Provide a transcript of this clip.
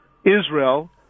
israel